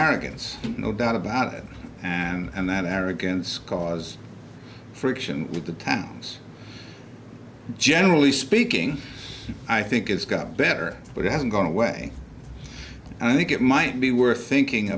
arrogance no doubt about it and that arrogance cause friction with the town's generally speaking i think it's gotten better but it hasn't gone away and i think it might be worth thinking